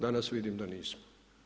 Danas vidim da nismo.